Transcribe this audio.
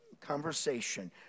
conversation